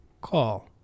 call